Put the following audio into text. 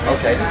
Okay